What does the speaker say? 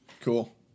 Cool